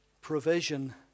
provision